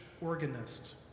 organist